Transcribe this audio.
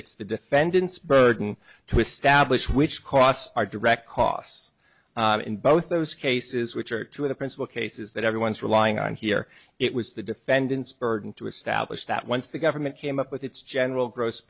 it's the defendant's burden to establish which costs are direct costs in both those cases which are two of the principle cases that everyone is relying on here it was the defendant's burden to establish that once the government came up with its general gross